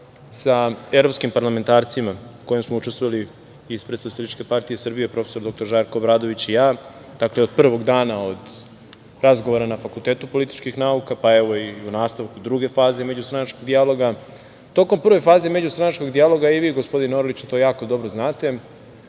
sa evropskim parlamentarcima na kojima smo učestvovali ispred SPS prof. dr Žarko Obradović i ja, dakle od prvog dana od razgovora na Fakultetu političkih nauka, pa i u nastavku druge faze međustranačkog dijaloga, tokom prve faze međustranačkog dijaloga, vi gospodine Orliću to jako dobro znate,